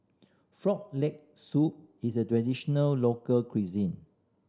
Frog Leg Soup is a traditional local cuisine